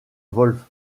wolfe